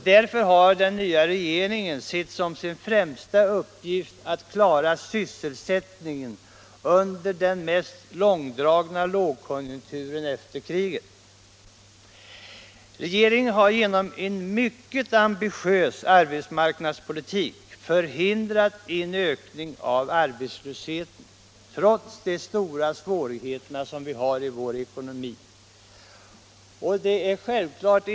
Därför har den nya regeringen sett som sin främsta uppgift att klara sysselsättningen under denna lågkonjunktur, den mest långdragna efter kriget. Regeringen har genom en mycket ambitiös arbetsmarknadspolitik förhindrat en ökning av arbetslösheten, trots de stora svårigheterna i vår ekonomi.